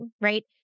right